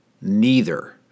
Neither